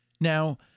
Now